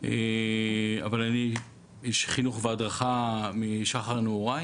אבל אני איש חינוך והדרכה משחר נעוריי